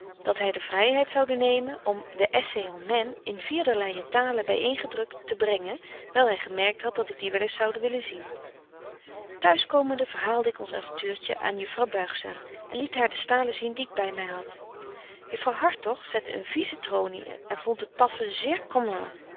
dat hy de vryheid zoude nemen om de essay on men in vierderleie talen by een gedrukt te brengen wyl hy gemerkt hadt dat ik die wel eens zoude willen zien t'huis komende verhaalde ik ons avontuurtje aan juffrouw buigzaam en liet haar de stalen zien die ik by my had juffrouw hartog betje wolff en aagje deken historie van mejuffrouw sara burgerhart zette een vieze tronie en vondt de taffen zeer